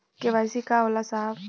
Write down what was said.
KYC का होला साहब?